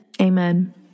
Amen